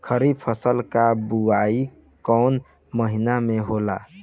खरीफ फसल क बुवाई कौन महीना में होला?